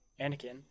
Anakin